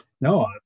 No